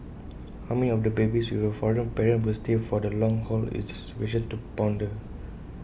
how many of the babies with A foreign parent will stay for the long haul is A question to ponder